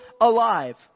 alive